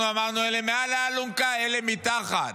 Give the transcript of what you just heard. אנחנו אמרנו שאלה מעל האלונקה ואלה מתחת.